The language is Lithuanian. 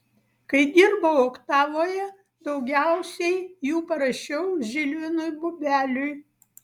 kai dirbau oktavoje daugiausiai jų parašiau žilvinui bubeliui